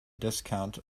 discount